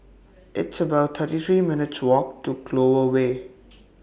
It's about thirty three minutes' Walk to Clover Way